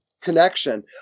connection